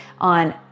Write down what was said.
on